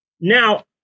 Now